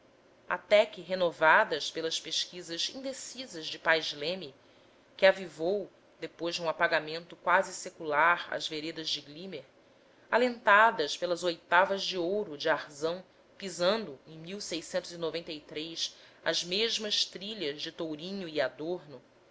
até que renovadas pelas pesquisas indecisas de pais leme que avivou depois de um apagamento quase secular as veredas de glimmer alentadas pelas oitavas de ouro de arzão pisando em as mesmas trilhas de tourinho e adorno